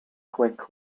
quickly